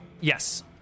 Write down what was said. Yes